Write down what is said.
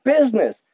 business